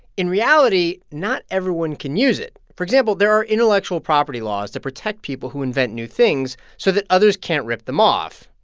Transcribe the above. in reality not everyone can use it. for example, there are intellectual property laws to protect people who invent new things so that others can't rip them off,